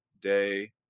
day